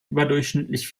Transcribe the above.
überdurchschnittlich